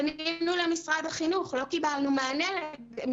פנינו למשרד החינוך ולא קיבלנו מענה.